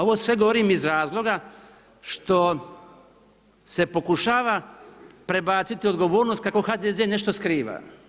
Ovo sve govorim iz razloga što se pokušava prebaciti odgovornost kako HDZ nešto skriva.